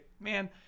man